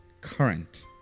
current